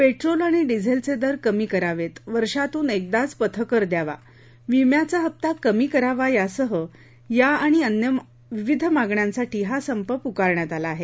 petrol आणि डिझेलचे दर कमी करावेत वर्षातून एकदाच पथकर द्यावा विम्याचा हप्ता कमी करावा यासह या आणि अन्य विविध मागण्यासाठी हा संप पुकारण्यात आला आहे